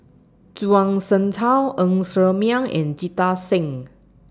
Zhuang Shengtao Ng Ser Miang and Jita Singh